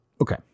Okay